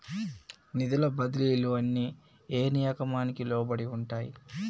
నిధుల బదిలీలు అన్ని ఏ నియామకానికి లోబడి ఉంటాయి?